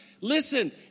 Listen